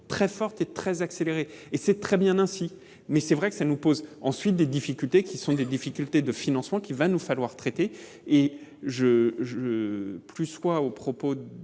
très forte et très accéléré et c'est très bien ainsi, mais c'est vrai que ça nous pose ensuite des difficultés qui sont des difficultés de financement qu'il va nous falloir traiter et je je plussoie aux propos de